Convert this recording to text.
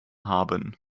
haben